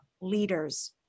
leaders